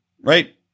right